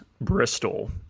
bristol